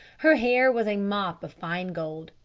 her hair was a mop of fine gold.